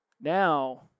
now